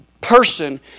person